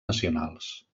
nacionals